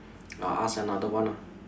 I'll ask another one ah